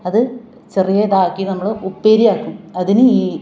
അത് ചെറിയതാക്കി നമ്മൾ ഉപ്പേരിയാക്കും അതിന് ഈ